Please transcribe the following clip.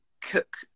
cook